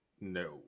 No